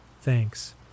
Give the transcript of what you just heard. thanks